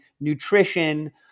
nutrition